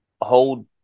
hold